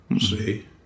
see